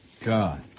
God